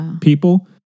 people